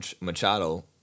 Machado